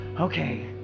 okay